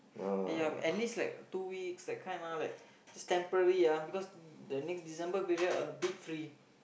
ya at least like two weeks that kind lah like just temporary ah because the next December period I a bit free